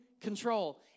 control